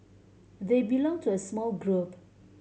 they belong to a small group